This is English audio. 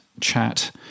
chat